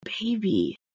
baby